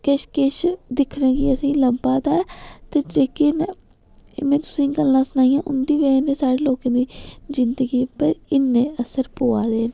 किश किश दिक्खने गी असेंगी लब्भा दा ऐ ते जेह्के न में तुसेंगी गल्लां सनाइयां उं'दी वजह कन्नै साढ़ै लोकें दी जिंदगी उप्पर इ'न्ने असर पोआ दे न